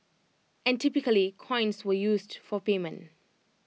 and typically coins were used for payment